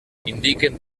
indiquen